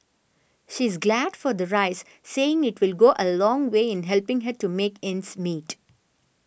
she is glad for the raise saying it will go a long way in helping her to make ends meet